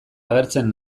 agertzen